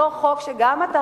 אותו חוק שגם אתה,